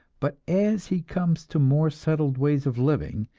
but as he comes to more settled ways of living,